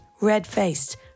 red-faced